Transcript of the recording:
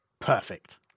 Perfect